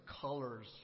colors